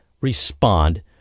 respond